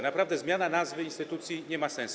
Naprawdę zmiana nazwy instytucji nie ma sensu.